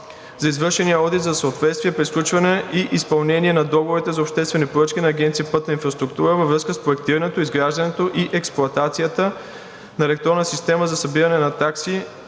за извършения одит за съответствие при сключването и изпълнението на договорите за обществени поръчки на Агенция „Пътна инфраструктура“ във връзка с проектирането, изграждането и експлоатацията на електронна система за събиране на такси